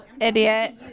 Idiot